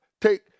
take